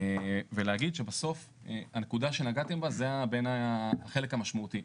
להגיד שבסוף, הנקודה שנגעתם בה הוא החלק המשמעותי.